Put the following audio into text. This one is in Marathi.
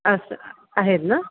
अस्स आहेत ना